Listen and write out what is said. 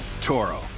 Toro